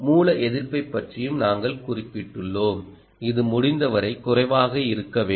மூல எதிர்ப்பைப் பற்றியும் நாங்கள் குறிப்பிட்டுள்ளோம் இது முடிந்தவரை குறைவாக இருக்க வேண்டும்